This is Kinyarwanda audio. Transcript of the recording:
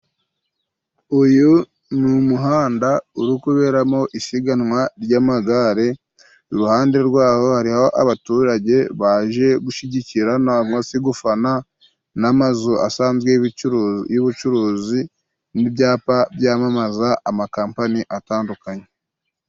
uyu ni umuhanda uri kuberamo isiganwa ry'amagare iruhande rwaho hariho abaturage baje gushyigikira nangwa se gufana n'amazu asanzwe y'ubucuruzi n'ibyapa byamamaza amakoampani atandukanye.